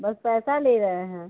बस पैसा ले रहे हैं